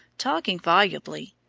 talking volubly,